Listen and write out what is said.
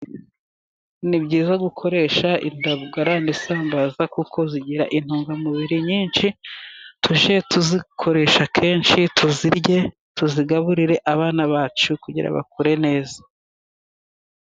Ni byiza gukoresha indagara n'isambaza kuko zigira intungamubiri nyinshi, tujye tuzikoresha akenshi tuzirye, tuzigaburire abana bacu kugira bakure neza.